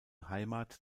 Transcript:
heimat